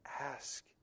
Ask